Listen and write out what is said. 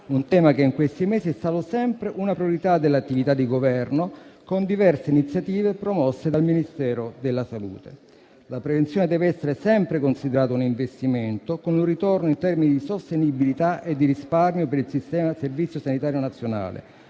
un tema che in questi mesi è stato sempre una priorità dell'attività di Governo con diverse iniziative promosse dal Ministero della salute. La prevenzione deve essere sempre considerata un investimento con un ritorno in termini di sostenibilità e di risparmio per il sistema del Servizio sanitario nazionale,